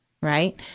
Right